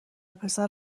پسر